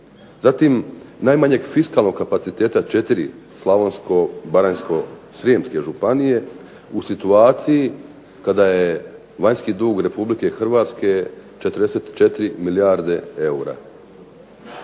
zatim najmanjeg fiskalnog kapaciteta četiri slavonsko-baranjsko-srijemske županije u situaciji kada je vanjski dug Republike Hrvatske 44 milijarde eura.